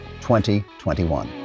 2021